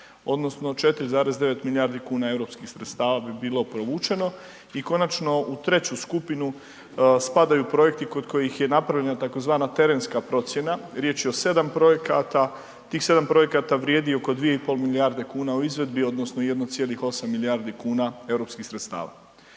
odnosno 4,9 milijardi kuna europskih sredstava bi bilo provučeno i konačno u treću skupinu spadaju projekti kod kojih je napravljena tzv. terenska procjena, riječ je o 7 projekata, tih 7 projekata vrijedi oko 2,5 milijarde kuna u izvedbi odnosno 1,8 milijardi kuna europskih sredstava.